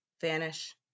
vanish